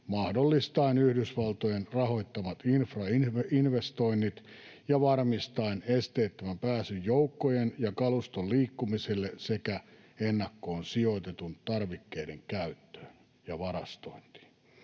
mahdollistaen Yhdysvaltojen rahoittamat infrainvestoinnit ja varmistaen esteettömän pääsyn joukkojen ja kaluston liikkumiselle sekä ennakkoon sijoitettujen tarvikkeiden käyttöön ja varastointiin.